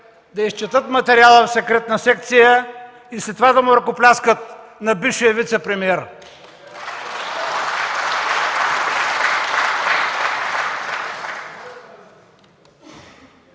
да изчетат материала в „Секретна секция” и след това да ръкопляскат на бившия вицепремиер.